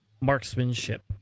Marksmanship